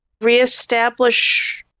reestablish